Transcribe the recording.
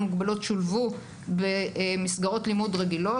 מוגבלות שולבו ב"מסגרות לימוד רגילות",